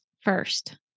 first